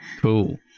Cool